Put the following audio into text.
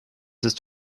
ist